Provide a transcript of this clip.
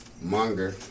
Munger